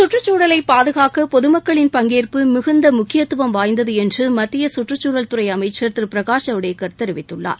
சுற்றுச்சூழலை பாதுனக்க பொதுமக்களின் பங்கேற்பு மிகுந்த முக்கியத்துவம் வாய்ந்தது என்று மத்திய சுற்றுச்சூழல் துறை அமைச்சர் திரு பிரகாஷ் ஜவ்டேகர் தெரிவித்துள்ளார்